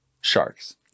sharks